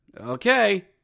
Okay